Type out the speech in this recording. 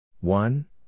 One